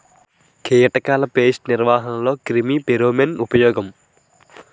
కీటకాల పేస్ట్ నిర్వహణలో క్రిమి ఫెరోమోన్ ఉపయోగం